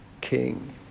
king